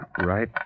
right